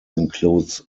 includes